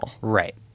right